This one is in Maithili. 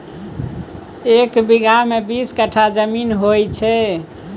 एक बीगहा मे बीस कट्ठा जमीन होइ छै